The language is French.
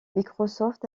microsoft